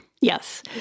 Yes